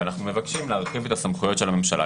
ואנחנו מבקשים להרחיב את הסמכויות של הממשלה,